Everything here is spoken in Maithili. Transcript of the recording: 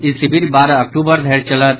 ई शिविर बारह अक्टूबर धरि चलत